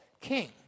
King